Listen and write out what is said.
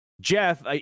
Jeff